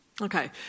Okay